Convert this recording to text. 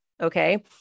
okay